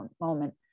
moment